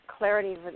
clarity